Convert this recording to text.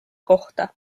kohta